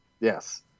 Yes